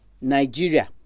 Nigeria